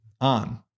on